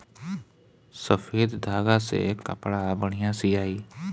सफ़ेद धागा से कपड़ा बढ़िया सियाई